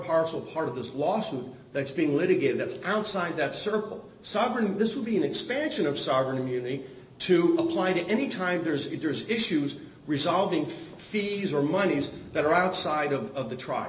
parcel part of this lawsuit that's being litigated that's outside that circle sovereign and this would be an expansion of sovereign immunity to apply to any time there's interest issues resolving fees or monies that are outside of